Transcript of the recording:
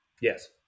Yes